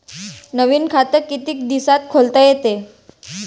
नवीन खात कितीक दिसात खोलता येते?